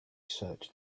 search